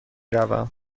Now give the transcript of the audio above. روم